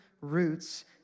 roots